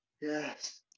Yes